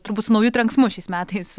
turbūt su nauju trenksmu šiais metais